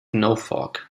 norfolk